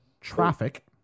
Traffic